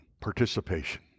Participation